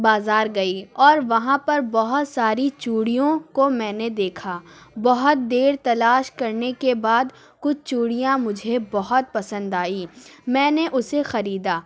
بازار گئی اور وہاں پر بہت ساری چوڑیوں کو میں نے دیکھا بہت دیر تلاش کرنے کے بعد کچھ چوڑیاں مجھے بہت پسند آئیں میں نے اسے خریدا